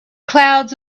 clouds